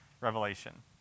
revelation